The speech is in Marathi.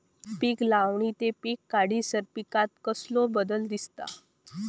पीक लावणी ते पीक काढीसर पिकांत कसलो बदल दिसता?